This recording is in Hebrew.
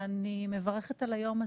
אני מברכת על היום הזה,